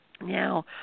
Now